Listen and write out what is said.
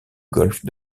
golfe